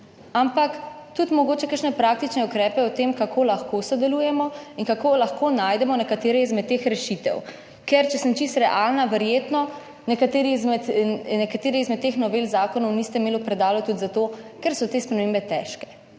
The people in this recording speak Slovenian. ampak tudi mogoče kakšne praktične ukrepe o tem, kako lahko sodelujemo in kako lahko najdemo nekatere izmed teh rešitev. Ker če sem čisto realna, verjetno nekateri izmed teh novel zakonov niste imeli v predalu tudi zato, ker so te spremembe težke.